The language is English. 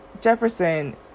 jefferson